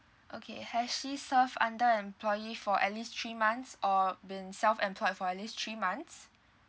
okay has she served under employee for at least three months or been self employed for at least three months